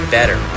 better